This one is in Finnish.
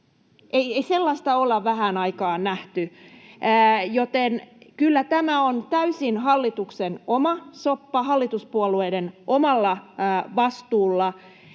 Ei sellaista olla vähään aikaan nähty, joten kyllä tämä on täysin hallituksen oma soppa, hallituspuolueiden omalla vastuulla.